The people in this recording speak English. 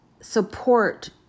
support